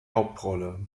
hauptrolle